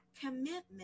commitment